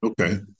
Okay